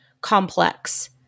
complex